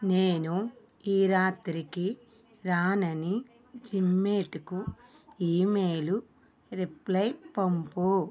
నేను ఈ రాత్రికి రానని జిమిట్కు ఇమెయిల్ రిప్లై పంపు